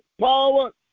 power